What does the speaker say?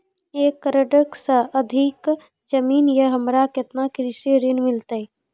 एक एकरऽ से अधिक जमीन या हमरा केतना कृषि ऋण मिलते?